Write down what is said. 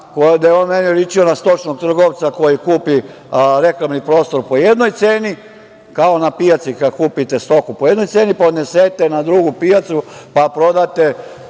gde je on meni liči na stočnog trgovca koji kupi reklamni prostor po jednoj ceni, kao na pijaci kad kupite stoku po jednoj ceni, pa odnesete na drugu pijacu, pa prodate